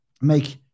make